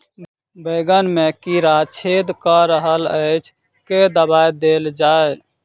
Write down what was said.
बैंगन मे कीड़ा छेद कऽ रहल एछ केँ दवा देल जाएँ?